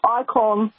icon